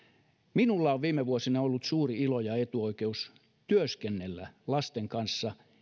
minulla on viime vuosina ollut suuri ilo ja etuoikeus työskennellä lasten kanssa